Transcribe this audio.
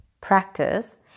practice